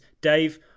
Dave